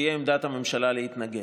תהיה עמדת הממשלה להתנגד.